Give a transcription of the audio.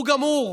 הוא גמור.